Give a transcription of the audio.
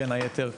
בין היתר,